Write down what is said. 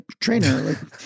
trainer